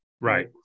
right